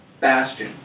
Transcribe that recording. Bastion